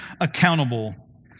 accountable